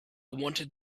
wanted